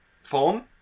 form